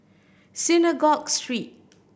Synagogue Street